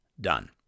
done